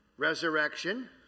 Resurrection